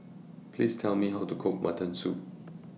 Please Tell Me How to Cook Mutton Soup